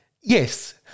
Yes